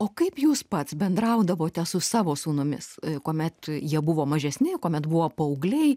o kaip jūs pats bendraudavote su savo sūnumis kuomet jie buvo mažesni kuomet buvo paaugliai